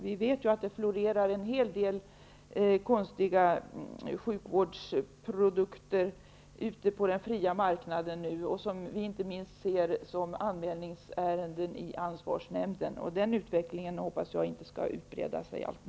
Vi vet ju att det florerar en hel del konstiga sjukvårdsprodukter ute på den fria marknaden, som vi inte minst ser som anmälningsärenden i ansvarsnämnden. Jag hoppas att den utvecklingen inte skall breda ut sig.